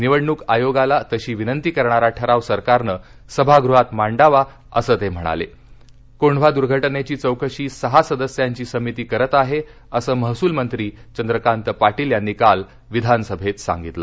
निवडणुक आयोगाला तशी विनंती करणारा ठराव सरकारनं सभागृहात मांडावा असं तस्किणाल कोंढवा दुर्घटनरी चौकशी सहा सदस्यांची समिती करत आह असं महसूल मंत्री चंद्रकांत पाटील यांनी काल विधानसभसिसांगितलं